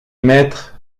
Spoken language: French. mettre